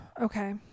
okay